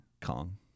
Kong